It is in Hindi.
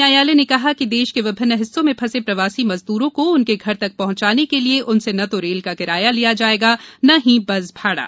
न्यायालय ने कहा कि देश के विभिन्न हिस्सों में फंसे प्रवासी मजदूरों को उनके घर तक पहंचाने के लिए उनसे न तो रेल का किराया लिया जाएगा न ही बस भाड़ा